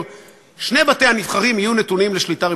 שני בתי-הנבחרים יהיו נתונים לשליטה רפובליקנית,